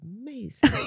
amazing